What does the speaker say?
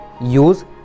Use